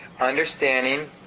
understanding